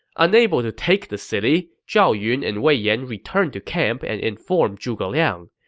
unable to take the city, zhao yun and wei yan returned to camp and informed zhuge liang.